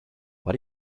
are